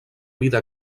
vida